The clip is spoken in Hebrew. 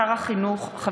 הודעת שר החינוך